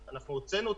אנחנו הוצאנו אותם,